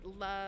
love